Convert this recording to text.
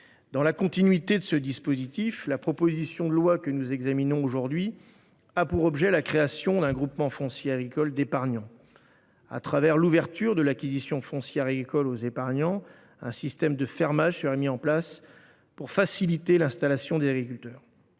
Dans la continuité de ce dispositif, la proposition de loi que nous examinons aujourd’hui a pour objet la création d’un GFA d’épargnants. Au travers de l’ouverture de l’acquisition foncière agricole aux épargnants, un système de fermage serait mis en place pour faciliter l’installation des agriculteurs.